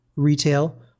retail